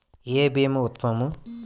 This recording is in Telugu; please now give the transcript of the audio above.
ఏ భీమా ఉత్తమము?